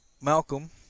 malcolm